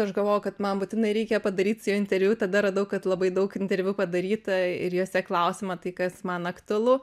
aš galvojau kad man būtinai reikia padaryt su juo interviu tada radau kad labai daug interviu padaryta ir juose klausiama tai kas man aktualu